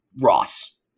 Ross